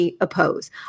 oppose